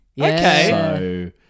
Okay